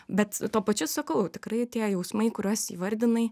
bet tuo pačiu sakau tikrai tie jausmai kuriuos įvardinai